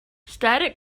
static